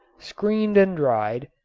screened and dried,